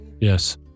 Yes